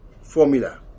formula